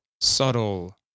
subtle